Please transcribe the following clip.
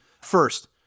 First